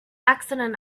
accident